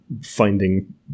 finding